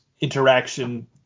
interaction